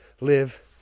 live